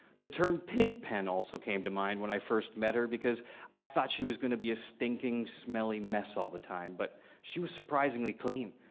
the term pigpen also came to mind when i first met her because i thought she was going to be a stinking smelly mess all the time, but she was surprisingly clean.